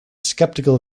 sceptical